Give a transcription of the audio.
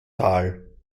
tal